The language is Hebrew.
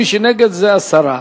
מי שנגד, זה הסרה.